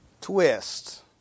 twist